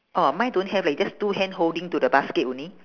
oh mine don't have leh just two hand holding to the basket only